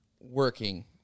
working